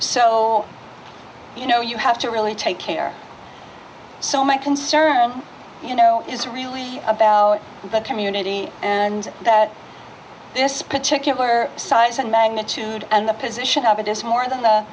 so you know you have to really take care so my concern you know is really about the community and that this particular size and magnitude and the position of it is more than the